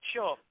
Sure